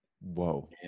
Whoa